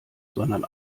sondern